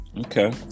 Okay